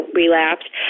relapsed